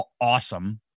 awesome